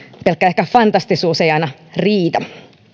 ehkä pelkkä fantastisuus ei aina riitä